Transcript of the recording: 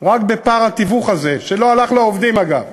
רק בשל פער התיווך הזה, שלא הלך לעובדים, אגב,